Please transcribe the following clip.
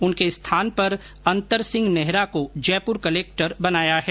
उनके स्थान पर अंतर सिंह नेहरा को जयपुर कलक्टर बनाया है